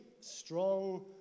strong